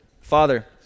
Father